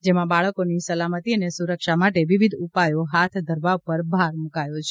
જેમાં બાળકોની સલામતી અને સૂરક્ષા માટે વિવિધ ઉપાયો હાથ ધરવા ઉપર ભાર મુકાયો છે